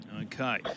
Okay